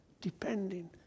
Depending